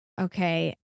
Okay